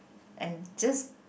and just